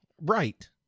Right